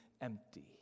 empty